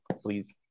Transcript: please